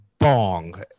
bong